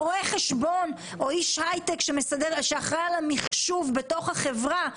רואה חשבון או איש הייטק שעושה את המחשוב בתוך החברה,